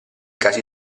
casi